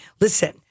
Listen